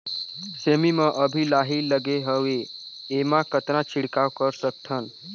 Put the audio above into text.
सेमी म अभी लाही लगे हवे एमा कतना छिड़काव कर सकथन?